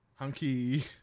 Hunky